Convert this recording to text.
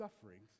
sufferings